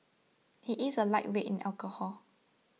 he is a lightweight in alcohol